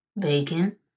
bacon